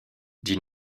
dit